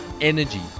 energy